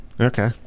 Okay